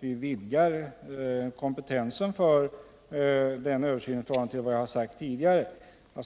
vi har vidgat kompetensen för den Översyn som pågår i departementet i förhållande till vad som sagts tidigare.